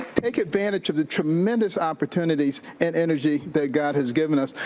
take advantage of the tremendous opportunities in energy that god has given us,